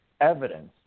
evidence